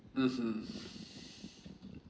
mmhmm